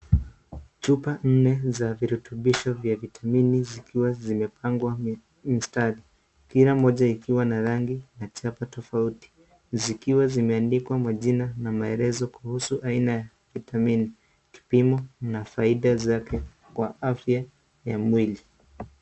Chupa nne za virutubishi vya vitamini, zikiwa zimepangwa mistari. Kila mmoja, ikiwa na rangi na chapa tofauti. Zikiwa zimeandikwa majina na maelezo kuhusu aina ya vitamini, kipimo na faida zake kwa afya ya mwili.